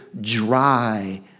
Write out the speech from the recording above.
dry